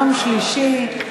יום שלישי,